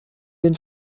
den